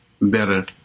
better